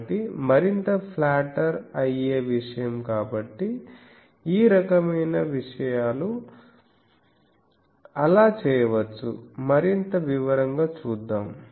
కాబట్టి మరింత ఫ్లాటర్ అయ్యే విషయం కాబట్టి ఈ రకమైన విషయాలు అలా చేయవచ్చు మరింత వివరంగా చూద్దాం